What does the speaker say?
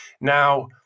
Now